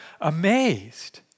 amazed